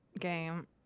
game